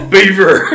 Beaver